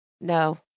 No